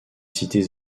cités